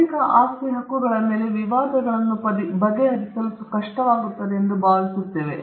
ಬೌದ್ಧಿಕ ಆಸ್ತಿ ಹಕ್ಕುಗಳ ಮೇಲೆ ವಿವಾದಗಳನ್ನು ಬಗೆಹರಿಸಲು ಕಷ್ಟವಾಗುತ್ತದೆ ಎಂದು ನಾವು ಭಾವಿಸುತ್ತೇವೆ